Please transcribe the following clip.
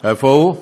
איפה הוא?